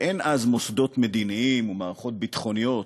באין מוסדות מדיניים ומערכות ביטחוניות,